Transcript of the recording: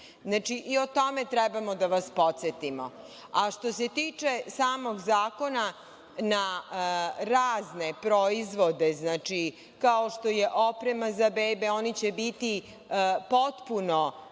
i o tome trebamo da vas podsetimo. A, što se tiče samog zakona na razne proizvode, znači, kao što je oprema za bebe, oni će biti potpuno